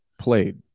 played